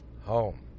home